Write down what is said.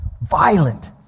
Violent